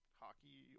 hockey